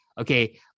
Okay